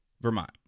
Vermont